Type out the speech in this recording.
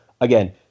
again